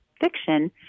fiction